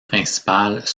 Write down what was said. principales